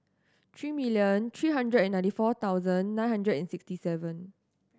three million three hundred and ninety four thousand nine hundred and sixty seven